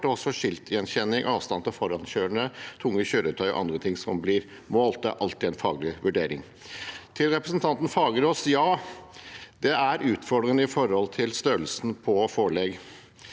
også skiltgjenkjenning, avstand til forankjørende, tunge kjøretøy og andre ting som blir målt. Det er alltid en faglig vurdering. Til representanten Fagerås: Ja, det er utfordrende med størrelsen på forelegg.